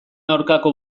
aurkako